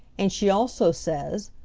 and she also says,